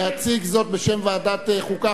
יציג זאת בשם ועדת החוקה,